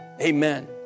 amen